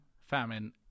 Famine